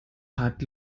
hat